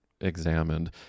examined